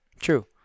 True